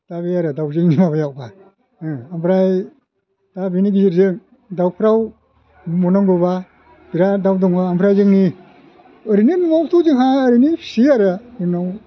दा बे आरो दावजेंनि माबायावबा ओमफ्राय दा बेनि गेजेरजों दावफ्राव बुंबावनांगौब्ला बिराद दाउ दङ ओमफ्राय जोंनि ओरैनो न'आवथ' जोंहा ओरैनो फिसियो आरो बे न'आव